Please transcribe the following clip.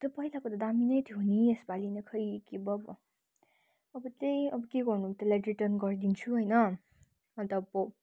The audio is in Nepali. त्यो पहिलाको त दामी नै थियो नि यसपालि नै खोइ के भयो भयो अब त्यही अब के गर्नु त्यसलाई रिटर्न गरिदिन्छु होइन अन्त अब